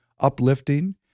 uplifting